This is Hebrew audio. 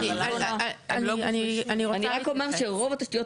אני רק אומר שרוב התשתיות